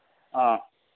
ꯑꯥ